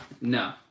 No